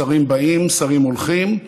שרים באים, שרים הולכים,